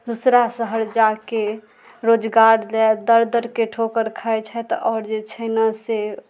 दुसरा शहर जाके रोजगार लए दर दरके ठोकर खाइ छथि आओर जे छै ने से